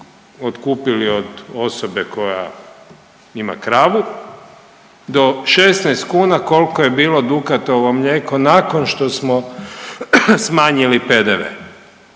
otkupili od osobe koja ima kravu do 16 kuna koliko je bilo Dukatovo mlijeko nakon što smo smanjili PDV.